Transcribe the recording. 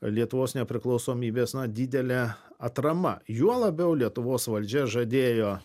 lietuvos nepriklausomybės na didelė atrama juo labiau lietuvos valdžia žadėjo